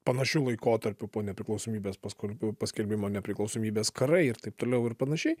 panašiu laikotarpiu po nepriklausomybės paskul paskelbimo nepriklausomybės karai ir taip toliau ir panašiai